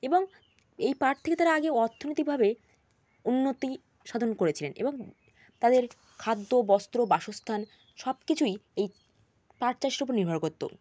এবং এই পাট থেকে তারা আগে অর্থনৈতিকভাবে উন্নতিসাধন করেছিলেন এবং তাদের খাদ্য বস্ত্র বাসস্থান সব কিছুই এই পাট চাষের উপর নির্ভর করতো